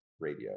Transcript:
Radio